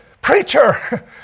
Preacher